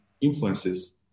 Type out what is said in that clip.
influences